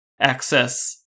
access